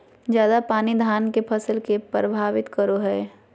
ज्यादा पानी धान के फसल के परभावित करो है?